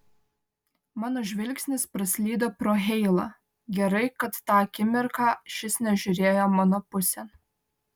mano žvilgsnis praslydo pro heilą gerai kad tą akimirką šis nežiūrėjo mano pusėn